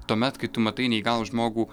tuomet kai tu matai neįgalų žmogų